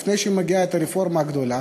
לפני שמגיעה הרפורמה הגדולה,